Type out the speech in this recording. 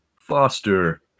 Foster